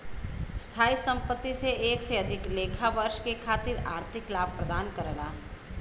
स्थायी संपत्ति से एक से अधिक लेखा वर्ष के खातिर आर्थिक लाभ प्रदान करला